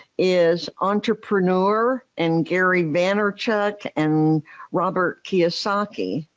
is entrepreneur and gary vaynerchuk and robert kyosaki.